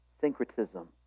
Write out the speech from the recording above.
syncretism